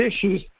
issues